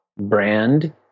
brand